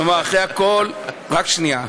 כלומר, אחרי הכול, רק שנייה.